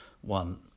one